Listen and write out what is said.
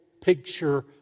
picture